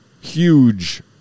huge